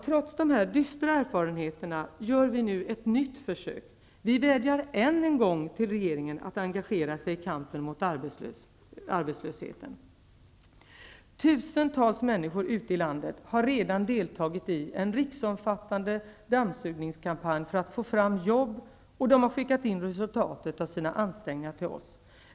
Trots de här dystra erfarenheterna gör vi nu ett nytt försök. Vi vädjar än en gång till regeringen att engagera sig i kampen mot arbetslösheten. Tusentals människor ute i landet har redan deltagit i en riksomfattande dammsugningskampanj för att få fram jobb och skickat in resultaten av sina ansträngningar till oss.